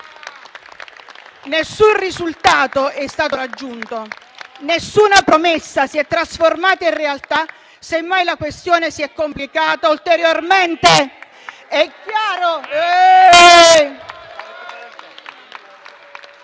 Nessun risultato è stato raggiunto, nessuna promessa si è trasformata in realtà; semmai, la questione si è complicata ulteriormente.